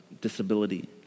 disability